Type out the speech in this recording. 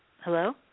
Hello